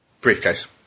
Briefcase